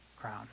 crown